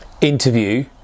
interview